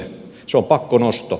se on pakkonosto